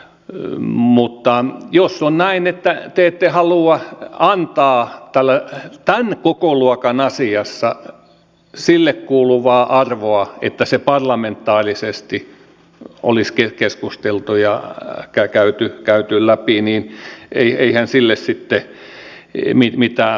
mutta jos on näin että te ette halua antaa tämän kokoluokan asiassa sille kuuluvaa arvoa niin että se parlamentaarisesti olisi keskusteltu ja käyty läpi niin eihän sille sitten mitään voi